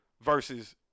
Versus